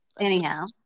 Anyhow